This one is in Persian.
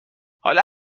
حالا